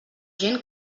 gent